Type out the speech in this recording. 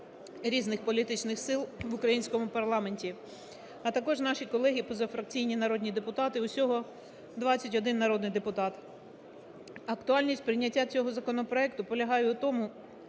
різних політичних сил в українському парламенті, а також наші колеги позафракційні народні депутати, усього 21 народний депутат. Актуальність прийняття цього законопроекту полягає у тому,